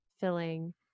filling